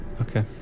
Okay